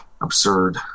absurd